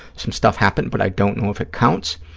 some stuff happened but i don't know if it counts.